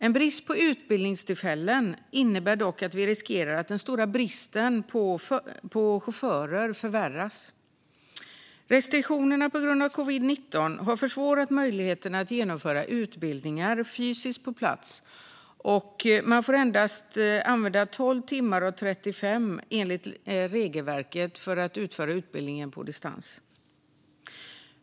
En brist på utbildningstillfällen innebär dock att vi riskerar att den stora bristen på chaufförer förvärras. Restriktionerna på grund av covid-19 har försämrat möjligheterna att genomföra utbildningar fysiskt på plats, och enligt regelverket får endast 12 av utbildningens 35 timmar användas till att utföra utbildningen på distans.